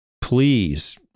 please